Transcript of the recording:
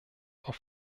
auf